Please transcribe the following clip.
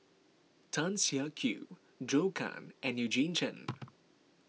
Tan Siak Kew Zhou Can and Eugene Chen